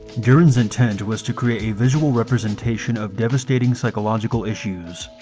deren's intent was to create a visual representation of devastating psychological issues,